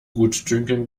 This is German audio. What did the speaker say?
gutdünken